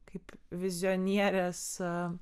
kaip vizionierės